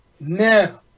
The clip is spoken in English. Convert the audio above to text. now